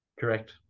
correct